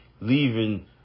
leaving